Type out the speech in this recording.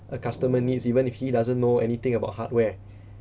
a customer needs even if he doesn't know anything about hardware